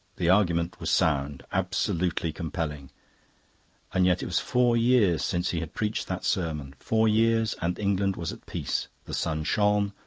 the argument was sound, absolutely compelling and yet it was four years since he had preached that sermon four years, and england was at peace, the sun shone,